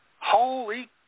Holy